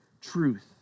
truth